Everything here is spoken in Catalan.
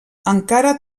encara